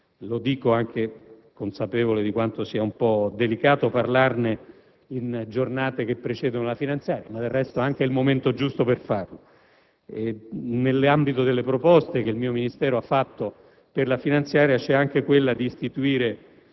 Lo dico nella consapevolezza di quanto sia delicato parlarne in giornate che procedono la finanziaria, ma del resto è anche il momento giusto per farlo. Nell'ambito delle proposte che il mio Ministero ha avanzato per la finanziaria, c'è anche quella di istituire